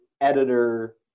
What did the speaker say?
editor